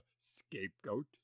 scapegoat